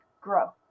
grow